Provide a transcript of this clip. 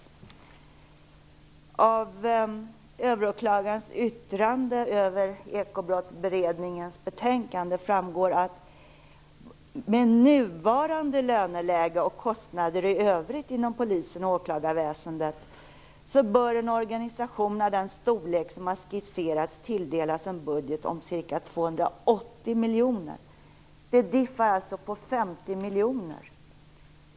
Av Överåklagarens yttrande över Ekobrottsberedningens betänkande framgår att med nuvarande löneläge och kostnader i övrigt inom polisen och åklagarväsendet bör en organisation av skisserad storlek tilldelas en budget om ca 280 000 000 kronor - en differens på 50 000 000 kronor.